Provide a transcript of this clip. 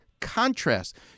contrast